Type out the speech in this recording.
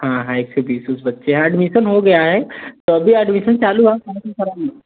हाँ है एक सौ बीस उस बच्चे हैं एडमिसन हो गया है तो अभी एडमिशन चालू हुआ करा ली